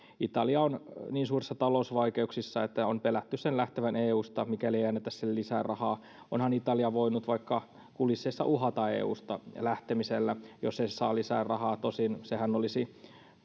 italia on niin suurissa talousvaikeuksissa että on pelätty sen lähtevän eusta mikäli ei anneta sille lisää rahaa onhan italia voinut vaikka kulisseissa uhata eusta lähtemisellä jos ei saa lisää rahaa tosin sehän olisi